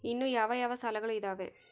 ಇನ್ನು ಯಾವ ಯಾವ ಸಾಲಗಳು ಇದಾವೆ?